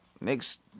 Next